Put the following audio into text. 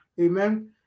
Amen